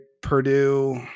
Purdue